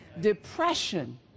depression